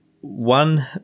one